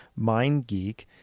MindGeek